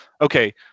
Okay